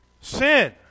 Sin